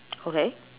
okay